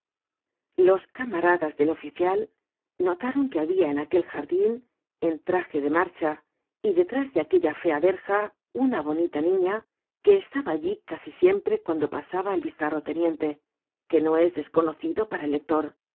los camaradas del oficial notaron que habia en aquel jardin en traje de marcha y detrás de aquella fea verja una bonita niña que estaba allí casi siempre cuando pasaba el bizarro teniente que no es desconocido para el lector